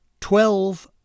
twelve